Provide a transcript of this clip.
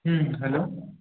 হুম hello